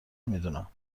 میدونم